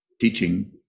Teaching